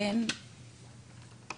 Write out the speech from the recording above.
שלום לכולם.